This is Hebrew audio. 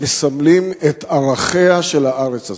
מסמלים את ערכיה של הארץ הזו.